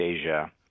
Asia